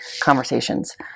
conversations